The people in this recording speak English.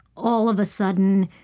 all of a sudden,